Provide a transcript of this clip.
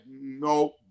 no